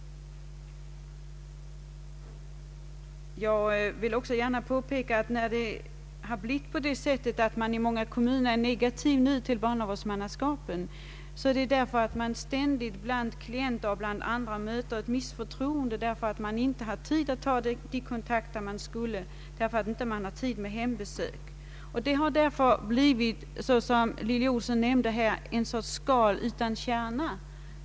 Att många kommuner nu är negativa till barnavårdsmannaskapen beror på att man ständigt från klienter och andra möter ett misstroende därför att myndigheterna inte har tid med nödvändiga kontakter eller hembesök. Därför har institutionen, såsom fru Ohlsson här nämnde, blivit ett skal utan kärna.